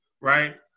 right